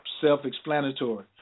self-explanatory